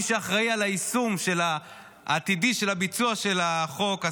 מי שאחראי ליישום העתידי של ביצוע החוק,